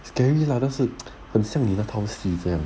scary lah 但是很想你那套戏这样